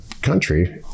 Country